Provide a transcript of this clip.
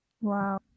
Wow